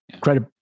credit